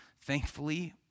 thankfully